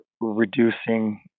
reducing